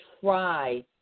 try